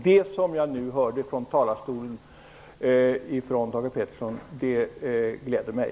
Det som jag nu hörde Thage Peterson säga från talarstolen gläder mig.